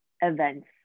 events